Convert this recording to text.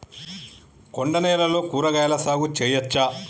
కొండ నేలల్లో కూరగాయల సాగు చేయచ్చా?